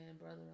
brother